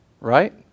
Right